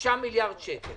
6 מיליארד שקל.